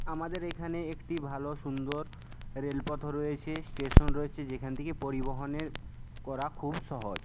আমাদের এখানে একটি ভালো সুন্দর রেলপথও রয়েছে স্টেশন রয়েছে যেখান থেকে পরিবহণের করা খুব সহজ